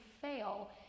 fail